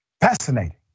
Fascinating